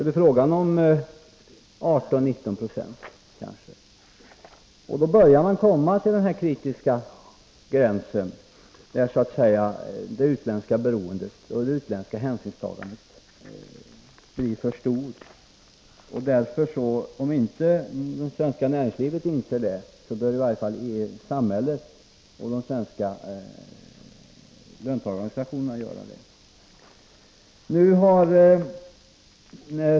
Då börjar man närma sig den kritiska gräns där det utländska beroendet och det utländska hänsynstagandet blir för stort. Om inte det svenska näringslivet inser det bör i varje fall samhället och de svenska löntagarorganisationerna göra det.